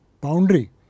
boundary